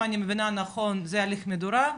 אם אני מבינה נכון זה הליך מדורג.